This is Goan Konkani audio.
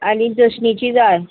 आनी दशणीची जाय